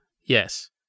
Yes